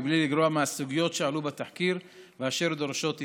מבלי לגרוע מהסוגיות שעלו בתחקיר ואשר דורשות התייחסות.